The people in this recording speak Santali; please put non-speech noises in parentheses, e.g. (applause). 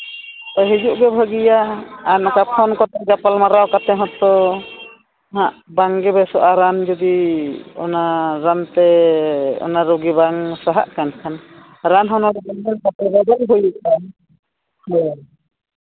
ᱦᱤᱡᱩᱜ ᱜᱮ ᱵᱷᱟᱹᱜᱤᱭᱟ ᱟᱨ ᱱᱚᱝᱠᱟ ᱯᱷᱳᱱ ᱠᱚᱛᱮ ᱜᱟᱯᱟᱞᱢᱟᱨᱟᱣ ᱠᱚᱛᱮ ᱦᱚᱸ ᱦᱟᱸ ᱵᱟᱝᱜᱮ ᱵᱮᱥᱚᱜᱼᱟ ᱨᱟᱱ ᱡᱩᱫᱤ ᱚᱱᱟ ᱨᱟᱱ ᱛᱮ ᱚᱱᱟ ᱨᱳᱜᱽ ᱵᱟᱝ ᱥᱟᱦᱟᱜ ᱠᱟᱱ ᱠᱷᱟᱱ ᱨᱟᱱ ᱦᱚᱸ (unintelligible) ᱦᱮᱸ